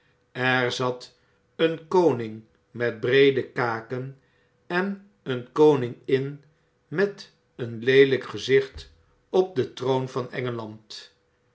er zat een koning met breede kaken en eene koningin met een leeljjk gezicht op den troon van engeland